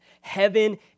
Heaven